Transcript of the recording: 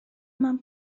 mam